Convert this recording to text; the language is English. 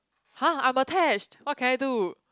!huh! I'm attached what can I do